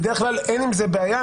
בדרך כלל אין עם זה בעיה,